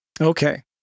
Okay